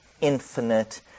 infinite